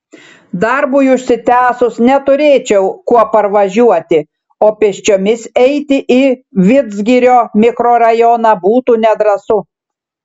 darbui užsitęsus neturėčiau kuo parvažiuoti o pėsčiomis eiti į vidzgirio mikrorajoną būtų nedrąsu